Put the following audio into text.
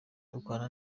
dukorana